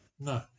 No